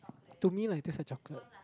to me lah it tastes like chocolate